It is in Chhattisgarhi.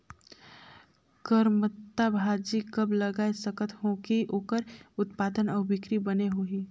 करमत्ता भाजी कब लगाय सकत हो कि ओकर उत्पादन अउ बिक्री बने होही?